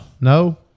No